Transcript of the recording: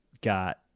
got